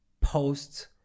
posts